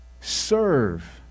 serve